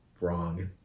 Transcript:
wrong